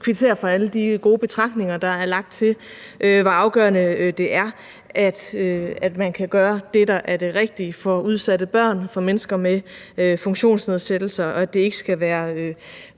kvittere for alle de gode betragtninger, der er kommet, om, hvor afgørende det er, at man kan gøre det, der er det rigtige for udsatte børn og for mennesker med funktionsnedsættelser, og at det ikke skal være